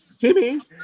Timmy